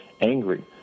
angry